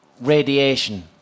radiation